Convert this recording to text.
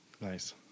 Nice